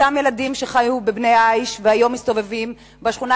אותם ילדים שחיו בבני-עי"ש והיום מסתובבים בשכונה,